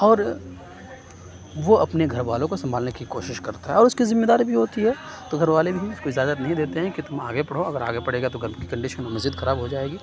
اور وہ اپنے گھر والوں کو سنبھالنے کی کوشش کرتا ہے اور اُس کی ذمہ داری بھی ہوتی ہے تو گھر والے بھی اُس کو اجازت نہیں دیتے ہیں کہ تم آگے پڑھو اگر آگے پڑھے گا تو گھر کی کنڈیشن مزید خراب ہو جائے گی